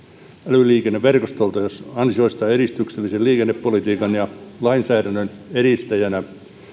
älyliikenneverkostolta ansioistaan edistyksellisen liikennepolitiikan ja lainsäädännön edistäjänä